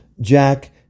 jack